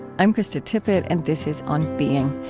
i'm krista tippett, and this is on being.